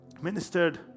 ministered